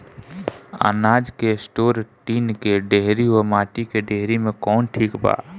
अनाज के store tin के डेहरी व माटी के डेहरी मे कवन ठीक बा?